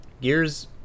Gears